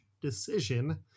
decision